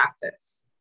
practice